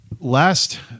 Last